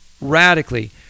radically